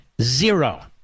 zero